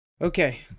Okay